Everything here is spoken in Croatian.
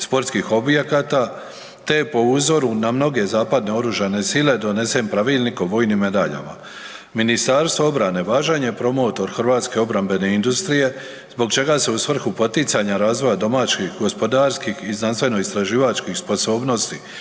sportskih objekata te je po uzoru na mnoge zapadne oružane sile donesen Pravilnik o vojnim medaljama. Ministarstvo obrane važan je promotor hrvatske obrambene industrije zbog čega se u svrhu poticanja razvoja domaćih gospodarskih i znanstveno istraživačkih sposobnosti